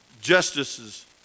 justices